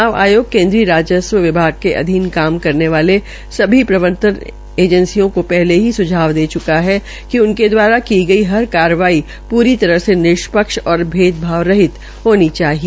च्नाव आयोग केन्द्रीय राज्सव विभाग के अधीन काम करने वाली सभी प्रवर्तन एजेंसियों को पहले ही सुझाव दे च्का है कि उनके दवारा की गई हर कार्रवाई पूरी तरह से निष्पक्ष और भेदभाव रहित होनी चाहिए